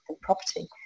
property